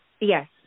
Yes